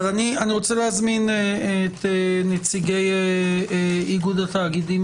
רוצה להזמין את נציגי איגוד התאגידים